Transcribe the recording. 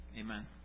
Amen